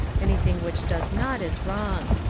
anything which does not is wrong.